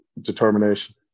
determination